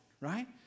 right